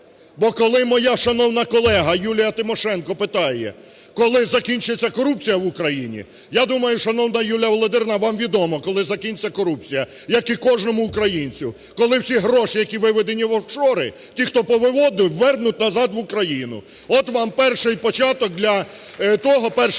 Бо, коли моя шановна колега Юлія Тимошенко питає, коли закінчиться корупція в Україні, я думаю, шановна Юлія Володимирівна, вам відомо, коли закінчиться корупція, як і кожному українцю. Коли всі гроші, які виведені в офшори, ті, хто повиводив, вернуть назад в Україну. От вам перший початок для того… перший крок